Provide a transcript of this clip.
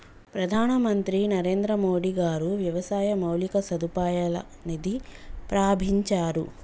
ప్రధాన మంత్రి నరేంద్రమోడీ గారు వ్యవసాయ మౌలిక సదుపాయాల నిధి ప్రాభించారు